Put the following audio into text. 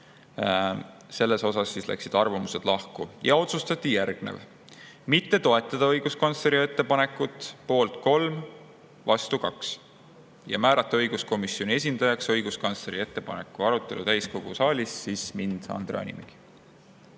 Selles osas läksid arvamused lahku. Ja otsustati järgnevalt. Mitte toetada õiguskantsleri ettepanekut – poolt 3, vastu 2 – ja määrata õiguskomisjoni esindajaks õiguskantsleri ettepaneku arutelul täiskogu saalis Andre Hanimägi.